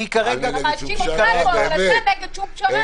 אני נגד כל פשרה?